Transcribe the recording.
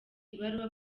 ibaruwa